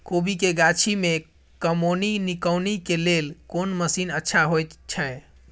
कोबी के गाछी में कमोनी निकौनी के लेल कोन मसीन अच्छा होय छै?